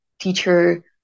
teacher